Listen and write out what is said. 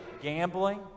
gambling